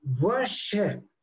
worship